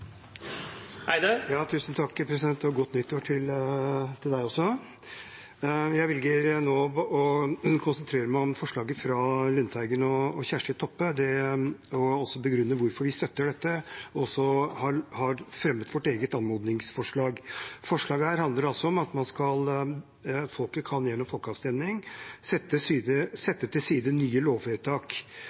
Godt nytt år til presidenten også. Jeg velger nå å konsentrere meg om forslaget fra Per Olaf Lundteigen og Kjersti Toppe og begrunne hvorfor vi støtter dette. Vi har også fremmet vårt eget anmodningsforslag. Forslaget her handler om at folket gjennom folkeavstemning kan sette til side nye lovvedtak om Norges tilslutning til